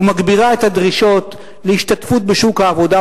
ומגבירה את הדרישות להשתתפות בשוק העבודה,